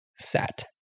set